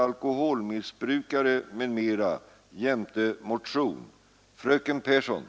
Propositionen innehöll också förslag till nya regler om eftergift av återkrav för utgivna bidragsförskott.